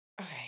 Okay